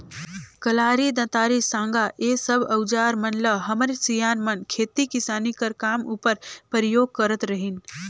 कलारी, दँतारी, साँगा ए सब अउजार मन ल हमर सियान मन खेती किसानी कर काम उपर परियोग करत रहिन